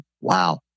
Wow